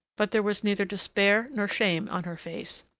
but there was neither despair nor shame on her face.